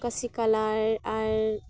ᱟᱠᱟᱥᱤ ᱠᱟᱞᱟᱨ ᱟᱨ